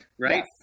right